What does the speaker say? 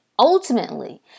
Ultimately